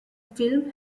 film